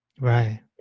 right